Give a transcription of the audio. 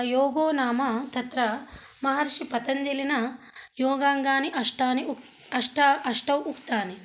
योगो नाम तत्र महर्षिपतञ्जलिना योगाङ्गानि अष्टानि उक् अष्ट अष्टौ उक्तानि